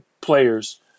players